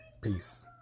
Peace